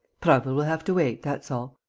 prasville will have to wait, that's all.